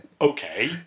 okay